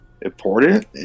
important